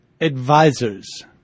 advisors